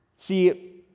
See